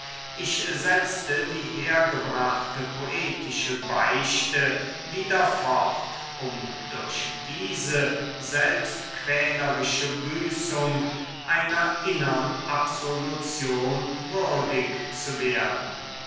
ich setzte die hergebrachte poetische beichte wieder fort um durch diese selbstquälerische büßung einer innern absolution würdig zu werden